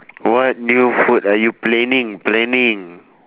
what new food are you planning planning